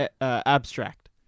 abstract